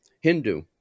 Hindu